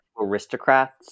aristocrats